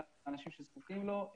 אנשים שזקוקים לו,